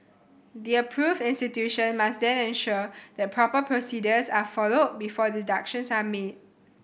the approved institution must then ensure that proper procedures are followed before deductions are made